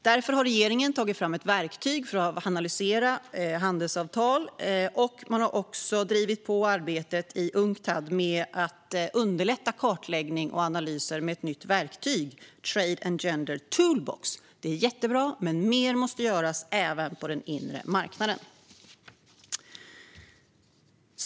Därför har regeringen tagit fram ett verktyg för att analysera handelsavtal, och man har också drivit på arbetet i Unctad med att underlätta kartläggning och analyser med att nytt verktyg, Trade and Gender Tool Box. Detta är jättebra, men mer måste göras även på den inre marknaden.